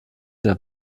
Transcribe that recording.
der